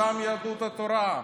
מטעם יהדות התורה,